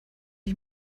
ich